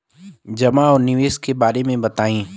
जमा और निवेश के बारे मे बतायी?